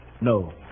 No